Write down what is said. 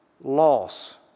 Loss